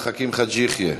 עבד אל חכים חאג' יחיא,